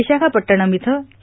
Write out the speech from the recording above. विशाखापड्टणम इथं के